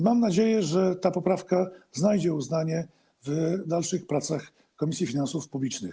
Mam nadzieję, że ta poprawka znajdzie uznanie w dalszych pracach Komisji Finansów Publicznych.